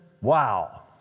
Wow